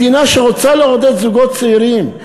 מדינה שרוצה לעודד זוגות צעירים,